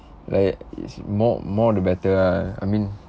like it's more more the better ah I mean